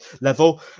level